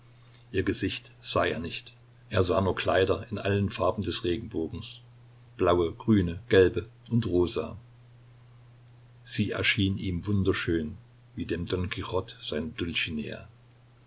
ihr gesicht sah er nicht er sah nur kleider in allen farben des regenbogens blaue grüne gelbe und rosa sie erschien ihm wunderschön wie dem don quichote seine dulcinea über